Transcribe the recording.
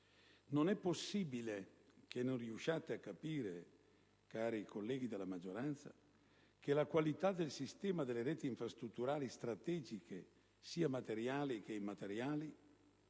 Non è possibile che non riusciate a capire, cari colleghi della maggioranza, che la qualità del sistema delle reti infrastrutturali strategiche - sia materiali che immateriali